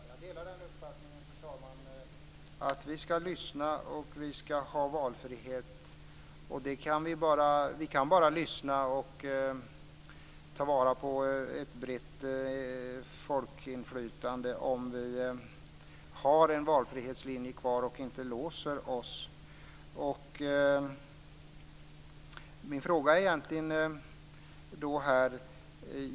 Fru talman! Jag delar uppfattningen att vi ska lyssna och att vi ska ha valfrihet. Vi kan lyssna och ta vara på ett brett folkinflytande bara om vi har en valfrihetslinje kvar och inte låser oss.